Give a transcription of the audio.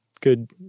good